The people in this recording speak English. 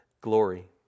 glory